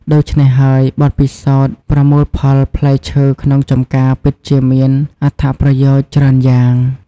ដូច្នេះហើយ បទពិសោធន៍ប្រមូលផលផ្លែឈើក្នុងចម្ការពិតជាមានអត្ថប្រយោជន៍ច្រើនយ៉ាង។